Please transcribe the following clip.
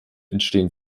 entstehen